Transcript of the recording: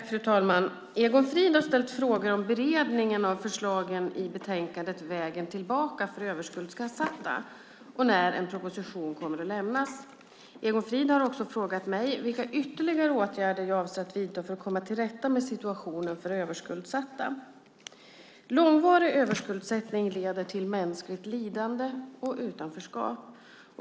Fru talman! Egon Frid har ställt frågor om beredningen av förslagen i betänkandet Vägen tillbaka för överskuldsatta och när en proposition kommer att lämnas. Egon Frid har också frågat mig vilka ytterligare åtgärder jag avser att vidta för att komma till rätta med situationen för överskuldsatta. Långvarig överskuldsättning leder till mänskligt lidande och utanförskap.